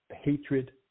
hatred